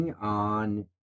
on